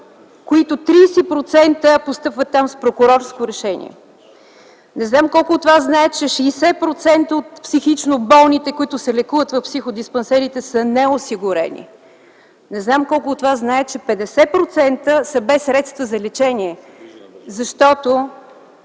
които постъпват там с прокурорско решение. Не знам колко от вас знаят, че 60% от психично болните, които се лекуват в психодиспансерите, са неосигурени. Не знам колко от вас знаят, че 50% са без средства за лечение. Вярно,